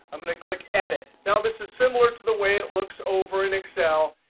i'm going to click edit. now this is similar to the way it looks over in excel.